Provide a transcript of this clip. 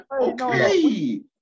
Okay